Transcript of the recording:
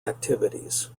activities